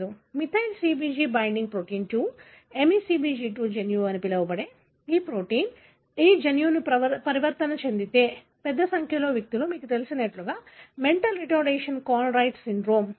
methyl CpG binding protein 2 MeCpG 2 జన్యువు అని పిలువబడే ఈ ప్రోటీన్ ఈ జన్యువు పరివర్తన చెందితే పెద్ద సంఖ్యలో వ్యక్తులు మీకు తెలిసినట్లుగా mental retardation call Rett syndrome